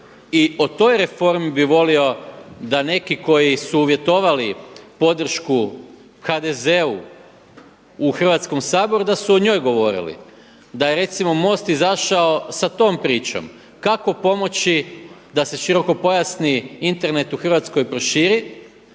i o toj reformi bih volio da neki koji su uvjetovali podršku HDZ-u u Hrvatskom saboru da su o njoj govorili, da je recimo MOST izašao sa tom pričom kako pomoći da se širokopojasni Internet u Hrvatskoj proširi,